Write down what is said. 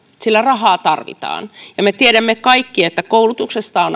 sillä rahaa tarvitaan me tiedämme kaikki että koulutuksesta on